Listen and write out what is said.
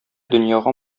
дөньяга